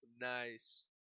Nice